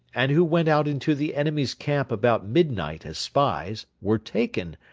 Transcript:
and who went out into the enemy's camp about midnight as spies, were taken,